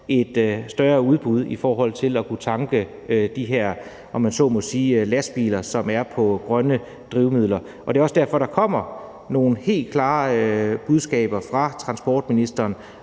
et større udbud i forhold til at kunne tanke de her lastbiler, som kører på grønne drivmidler. Det er også derfor, at der kommer nogle helt klare budskaber fra transportministeren